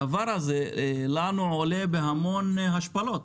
הדבר הזה לנו עולה בהמון השפלות.